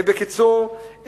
בקיצור,